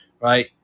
right